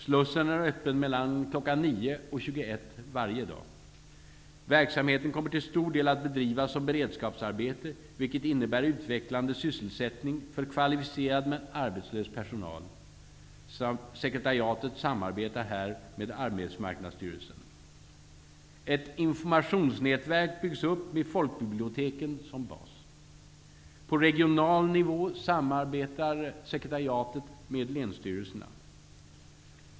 Slussen är öppen mellan kl. 9 och 21 varje dag. Verksamheten kommer till stor del att bedrivas som beredskapsarbete, vilket innebär utvecklande sysselsättning för kvalificerad men arbetslös personal. Sekretariatet samarbetar här med Ett informationsnätverk byggs upp med folkbiblioteken som bas. På regional nivå samarbetar sekretariatet med länsstyrelserna.